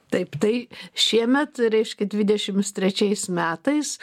taip tai šiemet reiškia dvidešims trečiais metais